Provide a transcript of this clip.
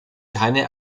keine